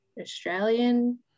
Australian